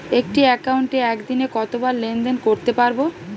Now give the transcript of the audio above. একটি একাউন্টে একদিনে কতবার লেনদেন করতে পারব?